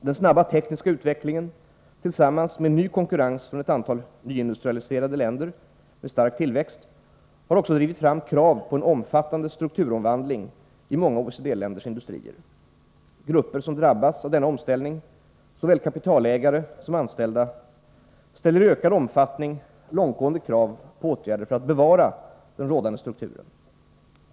Den snabba tekniska utvecklingen tillsammans med ny konkurrens från ett antal nyindustrialiserade länder med stark tillväxt har också drivit fram krav på en omfattande strukturomvandling i många OECD-länders industrier. Grupper som drabbas av denna omställning — såväl kapitalägare som anställda — ställer i ökad omfattning långtgående krav på åtgärder för att bevara den rådande strukturen.